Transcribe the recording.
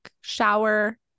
shower